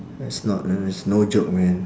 it's not a it's no joke man